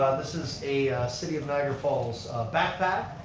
this is a city of niagara falls backpack.